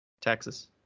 Texas